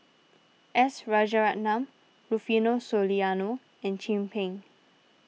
S Rajaratnam Rufino Soliano and Chin Peng